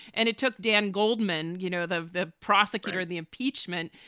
and it took dan goldman, you know, the the prosecutor in the impeachment,